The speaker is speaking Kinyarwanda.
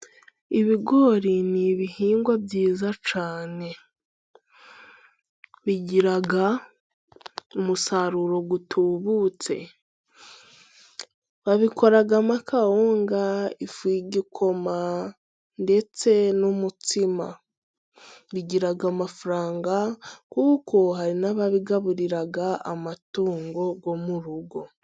Ibigori ni ibihingwa byiza cyane bigira umusaruro utubutse. Babikoramo akawunga, ifu y'gikoma, ndetse n'umutsima. Bigira amafaranga kuko hari n'ababigaburira amatungo yo mu rugo.